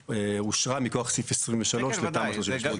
שאושרה מכוח סעיף 23 ותמ"א 38. כן, כן, וודאי.